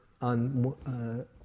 on